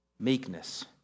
Meekness